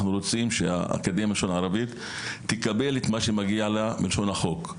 אנחנו רוצים שהאקדמיה ללשון ערבית תקבל את מה שמגיע לה מלשון החוק.